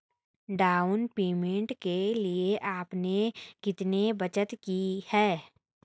Down payment के लिए आपने कितनी बचत की है?